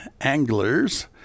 anglers